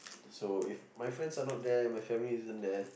so if my friends are not there my family isn't there